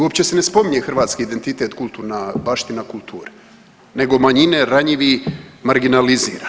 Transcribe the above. Uopće se ne spominje hrvatski identitet, kulturna baština kulture, nego manjine, ranjivi, marginalizira.